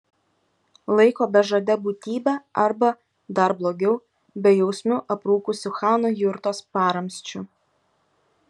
laiko bežade būtybe arba dar blogiau bejausmiu aprūkusiu chano jurtos paramsčiu